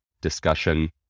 discussion